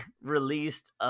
released